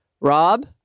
Rob